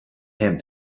him